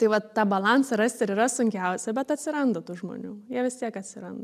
tai vat tą balansą rast ir yra sunkiausia bet atsiranda tų žmonių jie vis tiek atsiranda